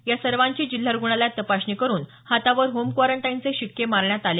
या सर्वांची जिल्हा रुग्णालयात तपासणी करून हातावर होम क्वारंटाईनचे शिक्के मारण्यात आले